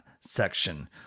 section